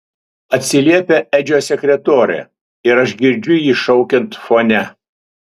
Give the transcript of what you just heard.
atsiliepia edžio sekretorė ir aš girdžiu jį šaukiant fone